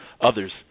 others